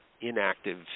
inactive